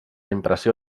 impressió